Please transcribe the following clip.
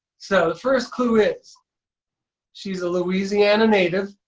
so, the first clue is she's a louisiana native.